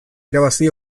irabazi